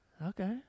Okay